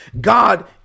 God